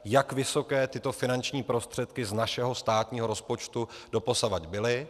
Jak vysoké tyto finanční prostředky z našeho státního rozpočtu doposud byly.